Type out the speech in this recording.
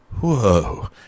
whoa